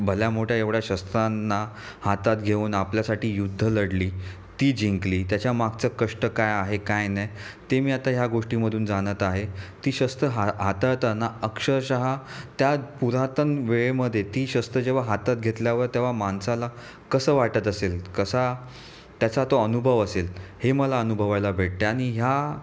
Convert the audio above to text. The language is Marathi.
भल्यामोठ्या एवढ्या शस्त्रांना हातात घेऊन आपल्यासाठी युद्धं लढली ती जिंकली त्याच्यामागचं कष्ट काय आहे काय नाही ते मी आता ह्या गोष्टीमधून जाणत आहे ती शस्त्र हा हाताळताना अक्षरशः त्या पुरातन वेळेमध्ये ती शस्त्र जेव्हा हातात घेतल्यावर तेव्हा माणसाला कसं वाटत असेल कसा त्याचा तो अनुभव असेल हे मला अनुभवायला भेटते आणि ह्या